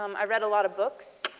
um i read a lot of books.